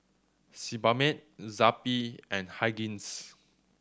Sebamed Zappy and Hygin's